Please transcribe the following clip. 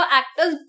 actors